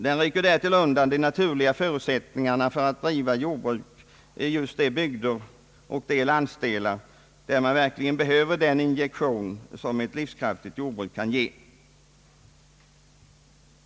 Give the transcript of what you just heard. Den rycker därtill undan de naturliga förut sättningarna för jordbruksdrift i just de bygder och landsdelar där man verkligen behöver den injektion som ett livskraftigt jordbruk kan ge.